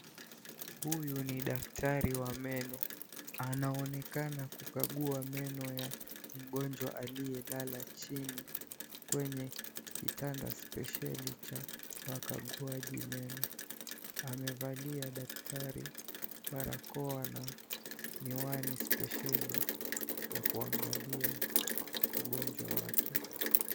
Huyu ni daktari wa meno, anaonekana kugagua meno ya mgonjwa aliye lala chini kwenye kitanda special cha wakaguaji meno. Amevalia daktari barakoa na miwani special ya kuangalia mgonjwa wake.